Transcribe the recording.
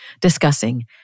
discussing